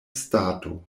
stato